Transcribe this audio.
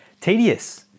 tedious